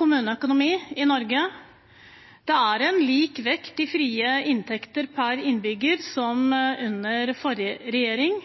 kommuneøkonomi i Norge. Det er samme vekst i frie inntekter per innbygger som under forrige regjering,